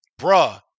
bruh